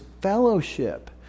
fellowship